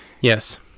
Yes